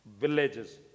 villages